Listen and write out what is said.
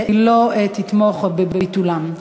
היא לא תתמוך בביטולם.